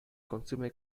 consume